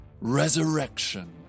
Resurrection